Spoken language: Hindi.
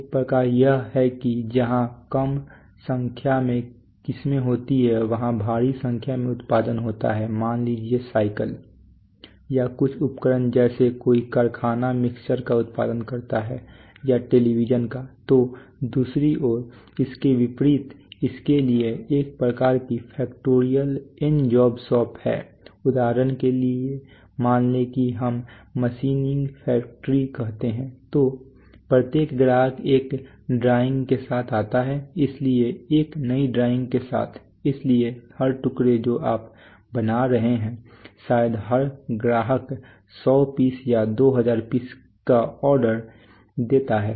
एक प्रकार यह है कि जहां कम संख्या में किस्में होती है वहां भारी संख्या में उत्पादन होता है मान लीजिए साइकिल या कुछ उपकरण जैसे कोई कारखाना मिक्सर का उत्पादन करता है या टेलीविजन का तो दूसरी ओर इसके विपरीत इसके लिए एक प्रकार की फैक्टोरियल n जॉब शॉप है उदाहरण के लिए मान लें कि हम मशीनिंग फैक्ट्री कहते हैं तो प्रत्येक ग्राहक एक ड्राइंग के साथ आता है इसलिए एक नई ड्राइंग के साथ इसलिए हर टुकड़ा जो आप बना रहे हैं शायद हर ग्राहक 100 पीस या 2000 पीस का ऑर्डर देता है